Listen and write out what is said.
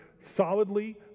solidly